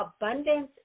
abundance